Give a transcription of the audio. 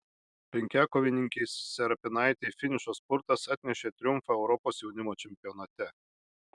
penkiakovininkei serapinaitei finišo spurtas atnešė triumfą europos jaunimo čempionate